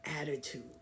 attitude